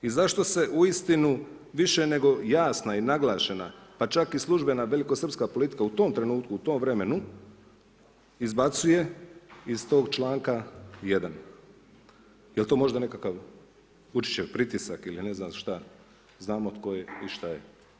I zašto se uistinu više nego jasna i naglašena, pa čak i službena veliko srpska politika u tom trenutku, u tom vremenu izbacuje iz tog članka 1. Je li to možda nekakav Vučićev pritisak ili ne znam šta, znamo tko je i šta je.